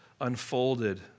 unfolded